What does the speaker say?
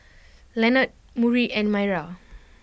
Lenord Murry and Maira